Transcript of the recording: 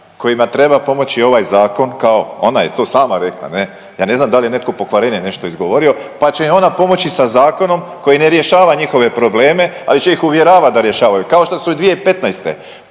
kojima treba pomoći ovaj zakon kao ona je to sama rekla ne, ja ne znam da li je netko pokvarenije nešto izgovorio, pa će im ona pomoći sa zakonom koji ne rješava njihove probleme, ali će ih uvjeravat da rješavaju kao što su i 2015.